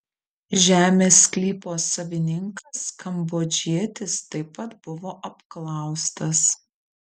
žemės sklypo savininkas kambodžietis taip pat buvo apklaustas